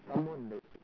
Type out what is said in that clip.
someone that